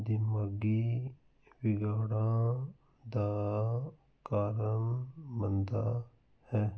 ਦਿਮਾਗੀ ਵਿਗਾੜਾਂ ਦਾ ਕਾਰਨ ਬਣਦਾ ਹੈ